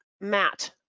Matt